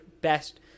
best